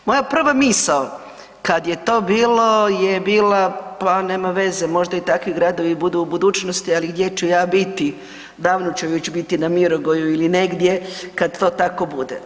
Moja prva misao kad je to bilo je bila pa nema veze, možda i takvi gradovi budu u budućnosti, ali gdje ću ja biti, davno ću već biti na Mirogoju ili negdje kad to tako bude.